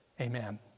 Amen